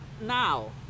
Now